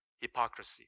hypocrisy